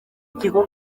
kigo